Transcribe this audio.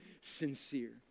sincere